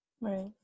right